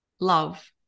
love